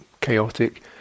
chaotic